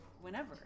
whenever